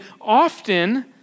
often